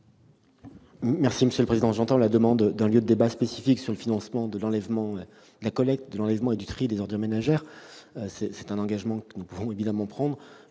à M. Jacquin ? J'entends la demande d'un lieu de débat spécifique sur le financement de la collecte, de l'enlèvement et du tri des ordures ménagères. C'est un engagement que le Gouvernement peut évidemment prendre,